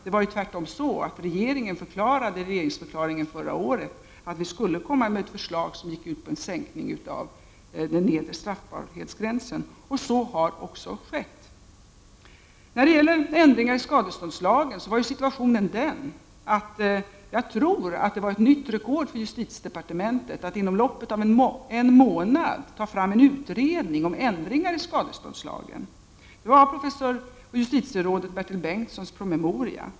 Det var tvärtom så att regeringen i regeringsförklaringen förra året angav att den skulle lägga fram ett förslag som gick ut på en sänkning av den nedre straffbarhetsgränsen, och så har också skett. När det gäller ändringar i skadeståndslagen tror jag att det var nytt rekord för justitiedepartementet att inom loppet av en månad ta fram en utredning om ändringar i skadeståndslagen. Det var professor och justitieråd Bertil Bengtssons promemoria.